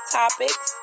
topics